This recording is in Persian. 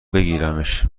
بگیرمش